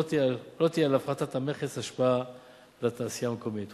לא תהיה להפחתת המכס השפעה על התעשייה המקומית.